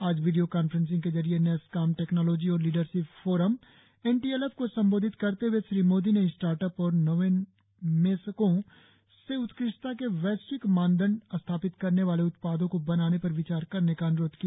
आज video conferencing के जरिए नैसकॉम टैक्नोलोजी और लीडरशिप फोरम एनटीएलएफ को संबोधित करते हुए श्री मोदी ने स्टार्टअप और नवोन्मेषकों से उत्कृष्टता के वैश्विक मानदंड स्थापित करने वाले उत्पादों को बनाने पर विचार करने का अनुरोध किया